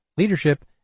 leadership